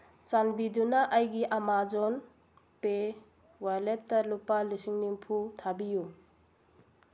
ꯆꯥꯟꯕꯤꯗꯨꯅ ꯑꯩꯒꯤ Amazon pay ꯋꯥꯂꯦꯠꯇ ꯂꯨꯄꯥ ꯂꯤꯁꯤꯡ ꯅꯤꯐꯨ ꯊꯥꯕꯤꯌꯨ